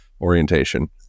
orientation